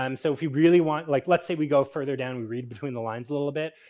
um so, if you really want like, let's say, we go further down, we read between the lines a little bit.